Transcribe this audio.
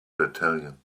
battalion